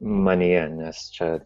manyje nes čia